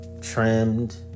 trimmed